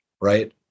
right